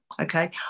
Okay